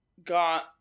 Got